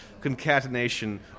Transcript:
concatenation